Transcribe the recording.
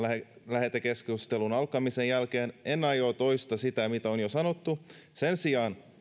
lähetekeskustelun alkamisen jälkeen en aio toistaa sitä mitä on jo sanottu sen sijaan